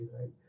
right